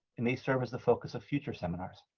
and may serve as the focus of future seminars.